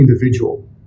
individual